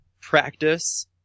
practice